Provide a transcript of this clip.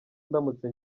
ndamutse